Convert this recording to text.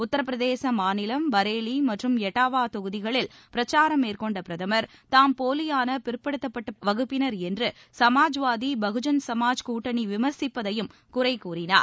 உத்தரபிரதேச மாநிலம் பரேலி மற்றும் எட்டாவா தொகுதிகளில் பிரச்சாரம் மேற்கொண்ட பிரதமர் தாம் போலியான பிற்படுத்தப்பட்ட வகுப்பினர் என்று சமாஜ்வாதி பகுஜன் சமாஜ் கூட்டணி விமர்சிப்பதையும் குறை கூறினார்